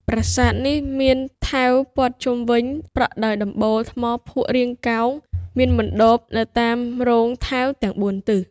ប្រាសាទនេះមានថែវព័ទ្ធជុំវិញ ប្រក់ដោយដំបូលថ្មភក់រាងកោង មានមណ្ឌបនៅតាមរោងថែវទាំង ៤ ទិស។